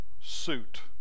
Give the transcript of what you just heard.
suit